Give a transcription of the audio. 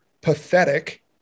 pathetic